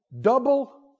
Double